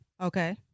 okay